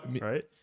Right